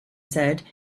said